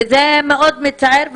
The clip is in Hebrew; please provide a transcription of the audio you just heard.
זה מאוד מצער.